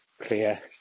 clear